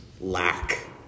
lack